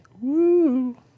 Woo